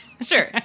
Sure